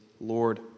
Lord